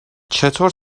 چطور